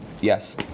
Yes